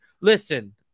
listen